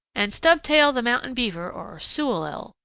and stubtail the mountain beaver or sewellel,